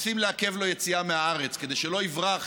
רוצים לעכב לו יציאה מהארץ כדי שלא יברח